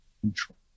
control